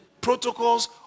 protocols